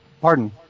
Pardon